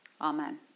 Amen